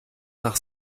nach